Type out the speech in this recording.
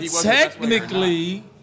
technically